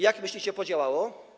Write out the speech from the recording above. Jak myślicie, podziałało?